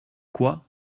quoi